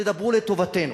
תדברו לטובתנו.